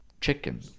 chicken